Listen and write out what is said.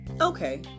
Okay